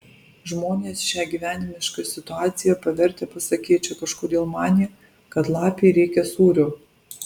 žmonės šią gyvenimišką situaciją pavertę pasakėčia kažkodėl manė kad lapei reikia sūrio